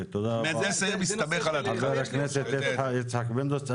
תודה רבה, חבר הכנסת יצחק פינדרוס.